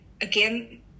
again